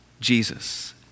Jesus